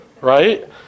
right